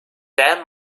damn